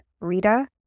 rita